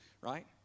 right